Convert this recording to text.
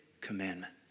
commandment